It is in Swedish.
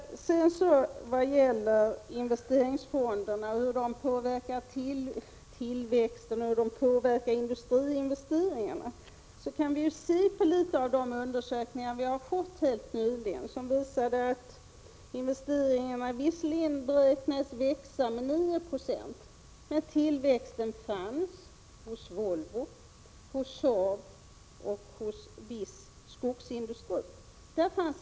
Vad sedan gäller investeringsfondernas påverkan av tillväxten och industriinvesteringarna visar undersökningar vi har fått helt nyligen att investeringarna visserligen beräknas växa med 9 96, men tillväxten finns endast hos Volvo, hos Saab och hos viss skogsindustri.